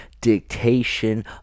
dictation